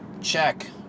Check